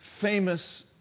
famous